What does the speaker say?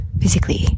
physically